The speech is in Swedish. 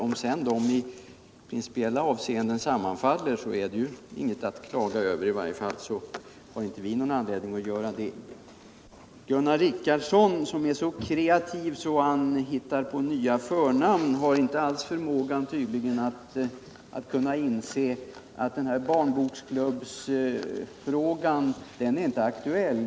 Om de sedan i principiella avseenden sammanfaller med vpk:s så är det inget att klaga över. I varje fall ser vi ingen anledning till det. Gunnar Richardson. som är så kreativ att han hittar på nya förnamn, har tydligen inte alls förmått inse att frågan om en barnboksklubb inte är aktuell.